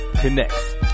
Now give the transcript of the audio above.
Connects